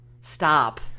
Stop